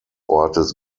ortes